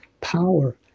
power